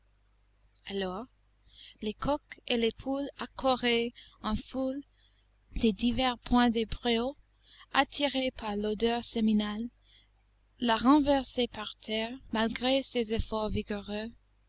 alors les coqs et les poules accouraient en foule des divers points du préau attirés par l'odeur séminale la renversaient par terre malgré ses efforts vigoureux